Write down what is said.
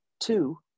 two